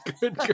good